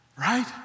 right